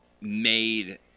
made